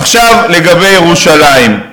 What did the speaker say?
עכשיו לגבי ירושלים.